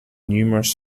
numerous